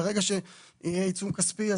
ברגע שיהיה עיצום כספי,